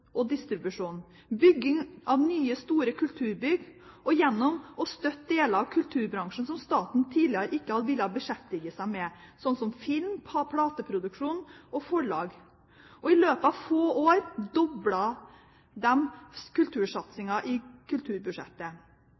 og distribusjon, bygging av nye store kulturbygg og gjennom å støtte deler av kulturbransjen som staten tidligere ikke hadde villet beskjeftige seg med, sånn som film, plateproduksjon og forlag. I løpet av få år doblet de kultursatsingen i kulturbudsjettet.